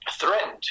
threatened